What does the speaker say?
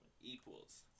equals